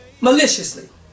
maliciously